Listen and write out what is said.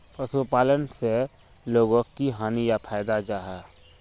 पशुपालन से लोगोक की हानि या फायदा जाहा?